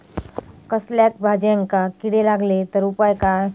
कसल्याय भाजायेंका किडे लागले तर उपाय काय?